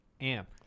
amp